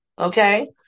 Okay